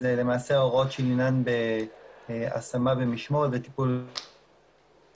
אלה למעשה ההוראות שעניינן בהשמה במשמורת של מסתננים.